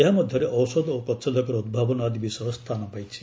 ଏହା ମଧ୍ୟରେ ଔଷଧ ଓ ପ୍ରତିଷେଧକର ଉଭାବନ ଆଦି ବିଷୟ ସ୍ଥାନ ପାଇଛି